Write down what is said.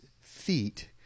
feet